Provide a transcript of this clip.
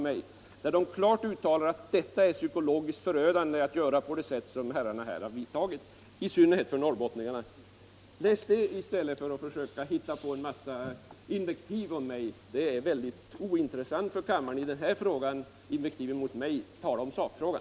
Man uttalade klart att det är psykologiskt förödande, i synnerhet för norrbottningarna, att man gör på det sättet som herrarna här har gjort. Läs det i stället för att försöka hitta på en massa invektiv mot mig. I den här frågan är invektiven mot mig mycket ointressanta för kammaren. Tala om sakfrågan!